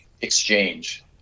exchange